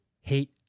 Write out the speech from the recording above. hate